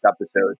episode